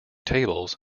tables